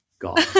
God